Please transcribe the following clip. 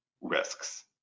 risks